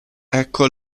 ecco